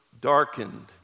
darkened